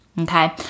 Okay